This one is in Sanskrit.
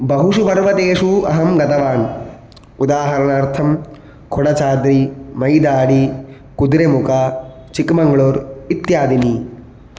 बहुषु पर्वतेषु अहं गतवान् उदाहरणार्थं कोडचाद्रि मैदाडि कुद्रेमुख चिक्मङ्ग्ळूर् इत्यादिनी